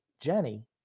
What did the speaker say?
Jenny